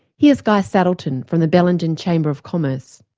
here's guy saddleton from the bellingen chamber of commerce.